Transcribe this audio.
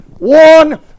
One